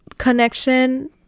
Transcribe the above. Connection